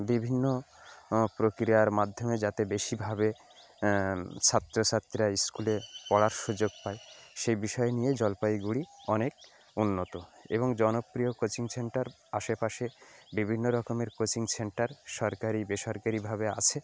বিভিন্ন প্রক্রিয়ার মাধ্যমে যাতে বেশিভাবে ছাত্র ছাত্রীরা স্কুলে পড়ার সুযোগ পায় সেই বিষয় নিয়ে জলপাইগুড়ি অনেক উন্নত এবং জনপ্রিয় কোচিং সেন্টার আশেপাশে বিভিন্ন রকমের কোচিং সেন্টার সরকারি বেসরকারিভাবে আছে